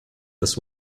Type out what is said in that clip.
this